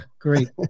Great